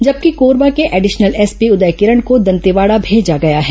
जबकि कोरबा के additional SP Uday Kiran को दंतेवाड़ा भेजा गया है